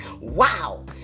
wow